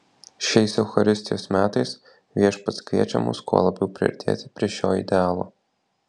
šiais eucharistijos metais viešpats kviečia mus kuo labiau priartėti prie šio idealo